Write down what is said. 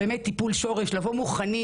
לעשות באמת טיפול שורש ולבוא מוכנים